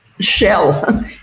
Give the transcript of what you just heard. shell